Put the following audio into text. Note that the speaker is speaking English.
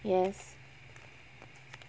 yes